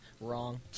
Wrong